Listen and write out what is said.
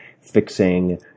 fixing